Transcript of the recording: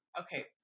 Okay